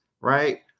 Right